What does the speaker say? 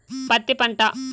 పత్తి పంట